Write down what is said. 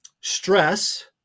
stress